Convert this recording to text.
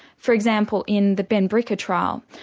for example, in the benbrika trial,